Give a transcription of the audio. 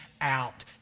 out